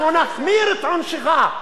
אנחנו נחמיר את עונשך.